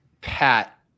pat